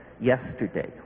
Yesterday